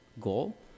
goal